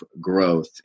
growth